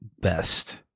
best